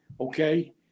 okay